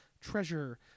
treasure